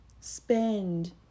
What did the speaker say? spend